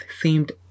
seemed